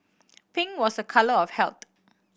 pink was a colour of health